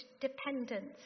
dependence